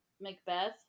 Macbeth